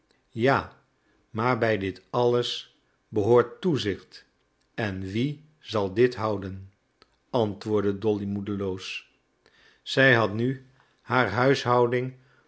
ja maar bij dit alles behoort toezicht en wie zal dit houden antwoordde dolly moedeloos zij had nu haar huishouding